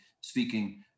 speaking